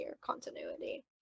continuity